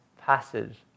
passage